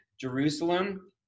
Jerusalem